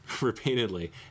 repeatedly